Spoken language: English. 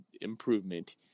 improvement